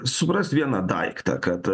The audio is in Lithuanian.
suprast vieną daiktą kad